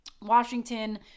Washington